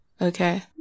Okay